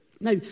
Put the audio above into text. Now